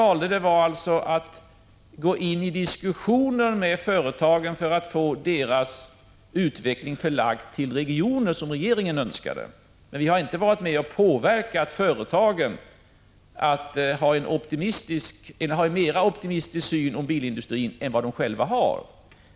Regeringen valde alltså att gå in i diskussioner med företagen för att få deras utveckling förlagd till de regioner som regeringen önskade. Vi har inte påverkat företagen till en mer optimistisk syn på bilindustrin än vad de själva har.